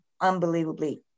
unbelievably